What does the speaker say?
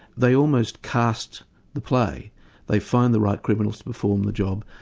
they almost cast the play they find the right criminals to perform the job,